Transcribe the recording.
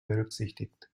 berücksichtigt